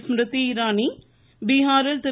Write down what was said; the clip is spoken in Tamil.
ஸ்மிருதி இராணி பீகாரில் திரு